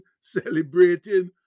celebrating